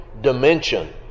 dimension